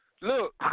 Look